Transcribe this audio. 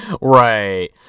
Right